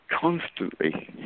constantly